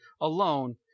alone